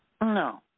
No